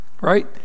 Right